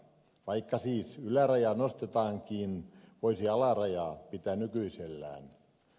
vaikka siis ylärajaa nostetaankin voisi alarajaa pitää nykyisellään